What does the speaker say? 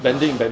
uh